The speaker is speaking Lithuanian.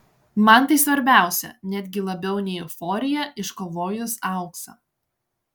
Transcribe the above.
man tai svarbiausia netgi labiau nei euforija iškovojus auksą